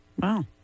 Wow